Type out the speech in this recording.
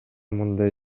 мындай